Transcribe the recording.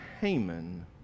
Haman